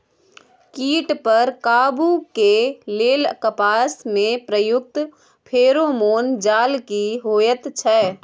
कीट पर काबू के लेल कपास में प्रयुक्त फेरोमोन जाल की होयत छै?